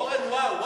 וואו.